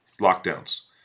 lockdowns